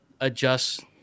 adjust